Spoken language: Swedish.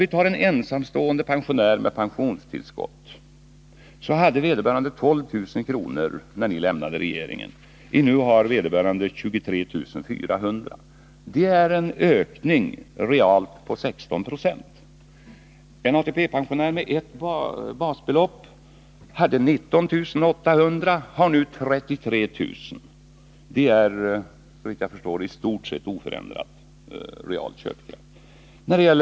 Vi kan ta en ensamstående pensionär med pensionstillskott. Vederbörande hade 12 000 kr. när ni lämnade regeringen. Nu har denna pensionär 23 400 kr. Det är realt en ökning på 16 26. En ATP-pensionär med ett basbelopp hade då 19 800 kr. Vederbörande har nu 33 000 kr. Det innebär såvitt jag förstår i stort sett oförändrad real köpkraft.